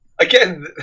Again